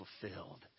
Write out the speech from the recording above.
fulfilled